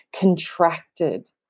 contracted